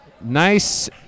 nice